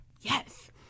yes